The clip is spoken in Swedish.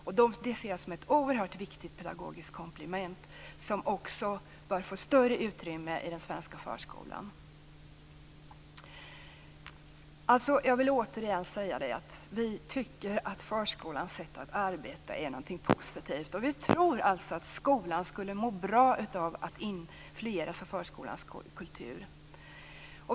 Det ser jag som ett oerhört viktigt pedagogiskt komplement som också bör får större utrymme i den svenska förskolan. Jag vill återigen säga att vi tycker att förskolans sätt att arbeta är positivt. Vi tror att skolan skulle må bra av att få in mer av förskolans kultur.